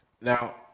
Now